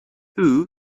who